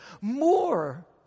more